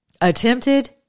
attempted